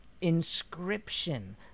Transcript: inscription